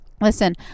listen